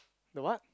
the what